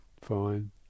fine